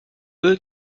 eux